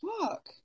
Fuck